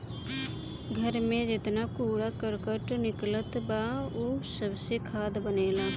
घर में जेतना कूड़ा करकट निकलत बा उ सबसे खाद बनेला